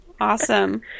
awesome